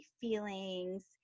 feelings